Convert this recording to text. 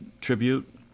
tribute